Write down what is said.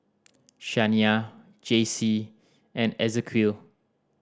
Shaniya Jaycee and Ezequiel